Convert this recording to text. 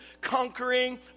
conquering